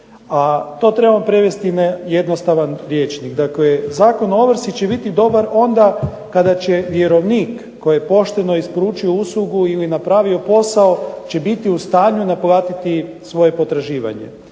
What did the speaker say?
to trebamo prevesti na jednostavan rječnik. Dakle Zakon o ovrsi će biti dobar onda kada će vjerovnik koji je pošteno isporučio uslugu ili napravio posao će biti u stanju naplatiti svoje potraživanje.